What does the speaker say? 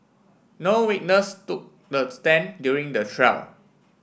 no witness took the stand during the trial